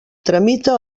tramita